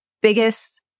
biggest